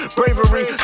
bravery